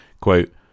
Quote